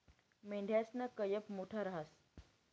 मेंढयासना कयप मोठा रहास